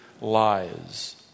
lies